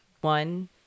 One